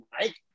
Mike